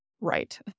right